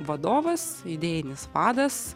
vadovas idėjinis vadas